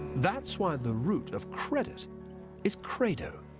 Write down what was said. that's why the root of credit' is credo',